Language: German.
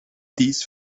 dies